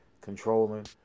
controlling